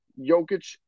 Jokic